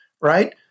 right